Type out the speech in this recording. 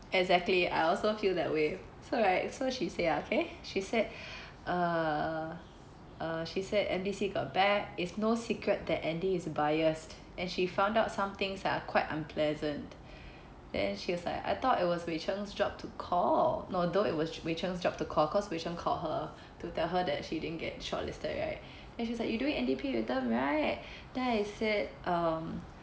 exactly I also feel that way so right so she say ya okay she said uh uh she said M_D_C got back it's no secret that andy is biased and she found out some things are quite unpleasant then she was like I thought it was wei cheng's job to call no though it was wei cheng's job to call cause wei cheng call her to tell her that she didn't get shortlisted right then she like you're doing N_D_P with them right then I say um